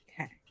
okay